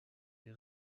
est